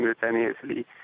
simultaneously